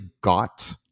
got